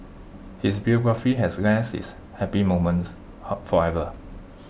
his biography has less its happy moments however